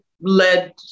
led